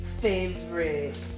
Favorite